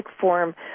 form